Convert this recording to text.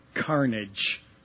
carnage